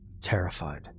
Terrified